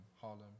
Harlem